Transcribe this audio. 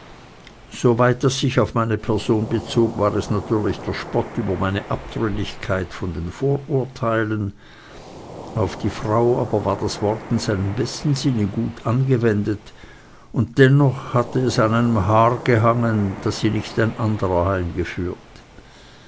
soweit das sich auf meine person bezog war es natürlich der spott über meine abtrünnigkeit von den vorurteilen auf die frau aber war das wort in seinem besten sinne gut angewendet und dennoch hatte es an einem haar gehangen daß sie nicht ein anderer